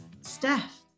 Steph